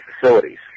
facilities